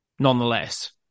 Nonetheless